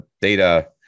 data